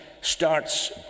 starts